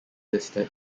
listed